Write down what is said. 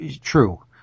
true